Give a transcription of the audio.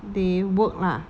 they work lah